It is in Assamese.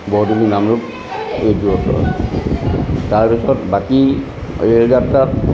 বৰডুবি নামৰূপ এই দূৰত্ব তাৰপিছত বাকী ৰেল যাত্ৰাত